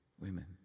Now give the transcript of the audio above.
women